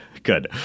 Good